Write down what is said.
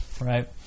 right